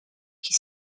qui